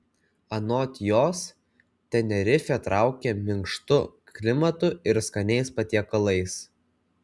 anot jos tenerifė traukia minkštu klimatu ir skaniais patiekalais